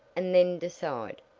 and then decide.